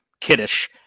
kiddish